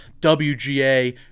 WGA